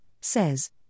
says